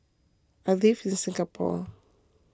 I live in Singapore